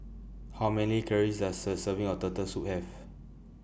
How Many Calories Does A Serving of Turtle Soup Have